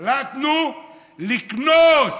החלטנו לקנוס